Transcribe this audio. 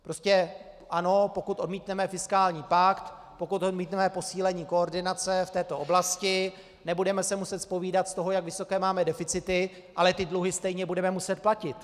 Prostě ano, pokud odmítneme fiskální pakt, pokud odmítneme posílení koordinace v této oblasti, nebudeme se muset zpovídat z toho, jak vysoké máme deficity, ale ty dluhy stejně budeme muset platit.